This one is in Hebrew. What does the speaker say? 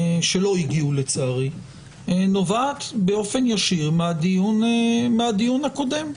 שלא הגיעו לצערי, נובעת באופן ישיר מהדיון הקודם,